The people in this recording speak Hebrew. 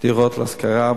דירות להשכרה,